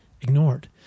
ignored